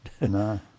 No